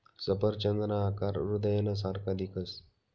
सफरचंदना आकार हृदयना सारखा दिखस